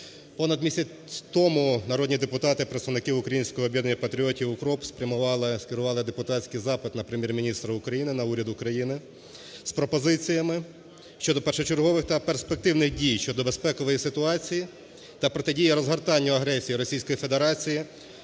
Понад місяць тому народні депутати представники "Українського об'єднання патріотів – УКРОП" спрямували, скерували депутатський запит на Прем'єр-міністра України, на уряд України з пропозиціями щодо першочергових та перспективних дій щодо безпекової ситуації та протидії розгортанню агресії Російської Федерації